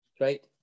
Right